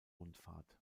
rundfahrt